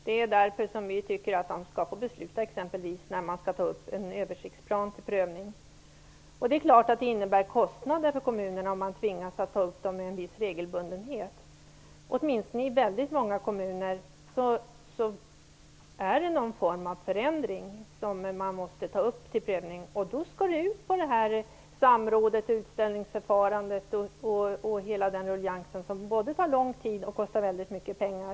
Det är därför vi tycker att kommunerna skall få besluta exempelvis när en översiktsplan skall tas upp till prövning. Det är klart att det innebär kostnader för kommunerna om de tvingas göra detta med en viss regelbundenhet. I väldigt många kommuner är det någon form av förändring som gör att översiktsplanen måste tas upp till prövning, och då blir det aktuellt med samråd, utställningar och hela den ruljangsen, något som både tar lång tid och kostar väldigt mycket pengar.